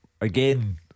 Again